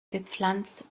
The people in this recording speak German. bepflanzt